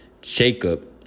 Jacob